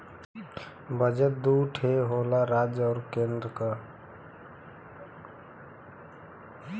budget दू ठे होला राज्य क आउर केन्द्र क